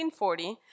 1940